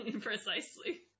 Precisely